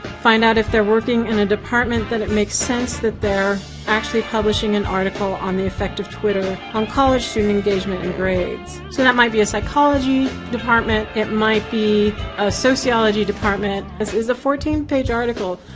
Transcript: find out if they're working in a department that it makes sense that they're actually publishing an article on the effect of twitter on college student engagement and grades. so that might be a psychology department, it might be a sociology department. this is a fourteen page article,